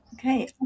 Okay